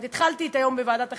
התחלתי את היום בוועדת החינוך,